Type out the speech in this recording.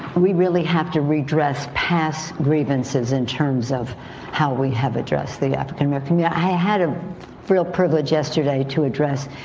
we really have to redress past grievances in terms of how we have addressed the african american yeah i had a real privilege yesterday to address,